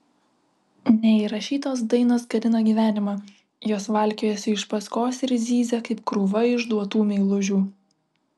neįrašytos dainos gadina gyvenimą jos valkiojasi iš paskos ir zyzia kaip krūva išduotų meilužių